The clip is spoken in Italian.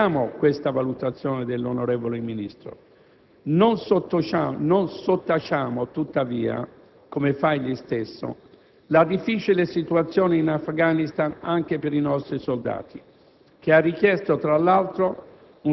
Nei riguardi dello scacchiere mediorientale l'onorevole Ministro ha ricordato i risultati della recente conferenza di Roma sull'Afghanistan, sottolineando l'importanza di promuovere e sostenere la creazione in quel Paese di un vero Stato di diritto.